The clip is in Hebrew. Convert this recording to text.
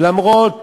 ולמרות